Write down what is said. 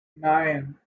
nine